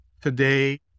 Today